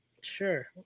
Sure